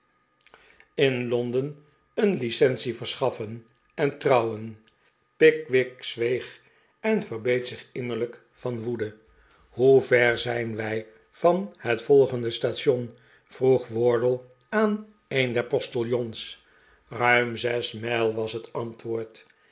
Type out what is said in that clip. hert londen een licence verschaffen en trouwen pickwick zweeg en verbeet zich innerlijk van woede hoever zijn wij van het volgende station vroeg wardle aan een der postiljons ruim zes mijl was het antwoord